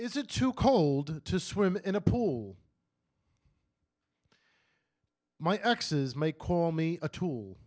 is it too cold to swim in a pool my ex's may call me a tool